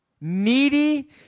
needy